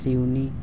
سیونی